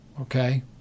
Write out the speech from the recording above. okay